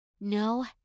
No